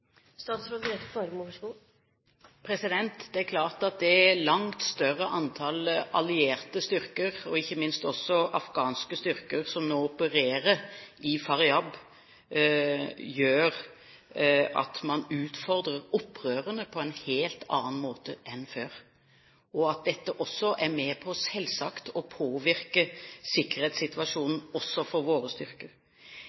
Det er klart at det langt større antallet allierte styrker og ikke minst også afghanske styrker som nå opererer i Faryab, gjør at man utfordrer opprørerne på en helt annen måte enn før, og at dette er med på, selvsagt, å påvirke sikkerhetssituasjonen